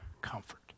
comfort